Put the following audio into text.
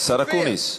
השר אקוניס.